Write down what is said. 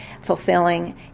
fulfilling